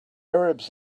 arabs